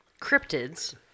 cryptids